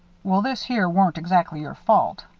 well, this here weren't exactly your fault.